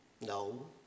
no